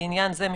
לעניין זה,